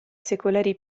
secolari